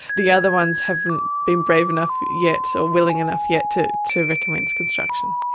the other ones haven't been brave enough yet or willing enough yet to to recommence construction.